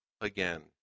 again